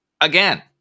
again